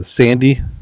sandy